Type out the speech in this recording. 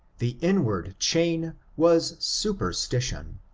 the inward chain was superstition,